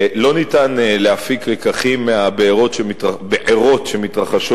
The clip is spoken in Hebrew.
לא ניתן להפיק לקחים מהבעירות שמתרחשות